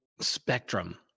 spectrum